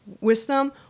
wisdom